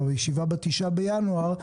בישיבה ב-9 בינואר,